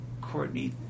Courtney